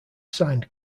signed